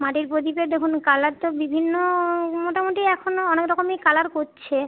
মাটির পোদীপে দেখুন কালার তো বিভিন্ন মোটামুটি এখনও অনেক রকমই কালার করছে